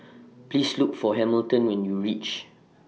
Please Look For Hamilton when YOU REACH